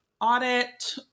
audit